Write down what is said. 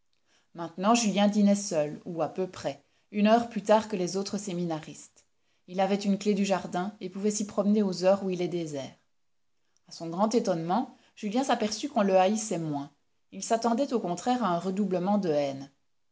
maintenant julien dînait seul ou à peu près une heure plus tard que les autres séminaristes il avait une clef du jardin et pouvait s'y promener aux heures où il est désert a son grand étonnement julien s'aperçut qu'on le haïssait moins il s'attendait au contraire à un redoublement de haine